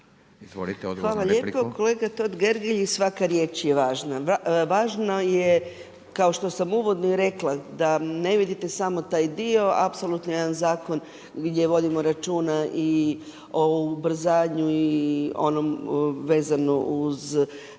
Hvala lijepo. Kolega Totgergeli svaka riječ je važna. Važno je kao što sam uvodno i rekla da ne vidite samo taj dio, apsolutno jedan zakon gdje vodimo računa i o ubrzanju i onom vezno uz